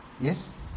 Yes